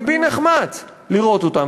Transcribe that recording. לבי נחמץ לראות אותם.